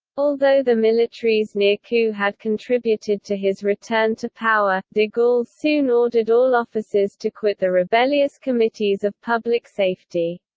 although the military's near-coup had contributed to his return to power, de gaulle soon ordered all officers to quit the rebellious committees of public safety.